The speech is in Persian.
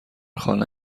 خانه